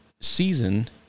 season